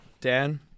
Dan